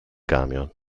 camion